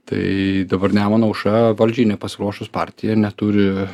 tai dabar nemuno aušra valdžiai nepasiruošus partija neturi